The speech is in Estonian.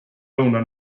lõuna